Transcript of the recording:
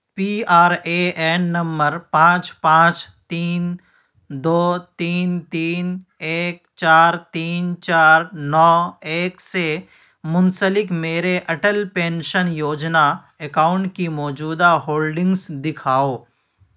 P R A N number پانچ پانچ تین دو تین تین ایک چار تین چار نو ایک سے منسلک میرے اٹل پینشن یوجنا اکاؤنٹ کی موجودہ ہولڈنگس دکھاؤ